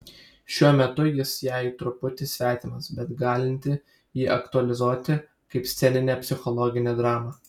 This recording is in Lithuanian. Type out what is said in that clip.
šiuo metu jis jai truputį svetimas bet galinti jį aktualizuoti kaip sceninę psichologinę dramą